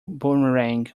boomerang